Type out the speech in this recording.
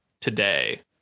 today